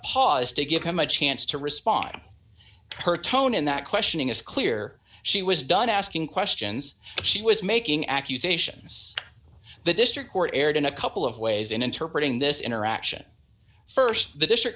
pause to give him a chance to respond to her tone in that questioning it's clear she was done asking questions she was making accusations the district court erred in a couple of ways in interpreting this interaction st the district